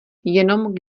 jenom